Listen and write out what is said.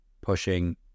pushing